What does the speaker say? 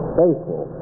faithful